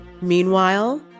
Meanwhile